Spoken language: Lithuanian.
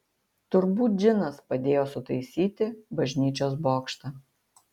turbūt džinas padėjo sutaisyti bažnyčios bokštą